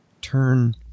turn